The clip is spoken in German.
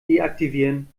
deaktivieren